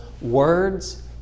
words